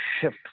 shift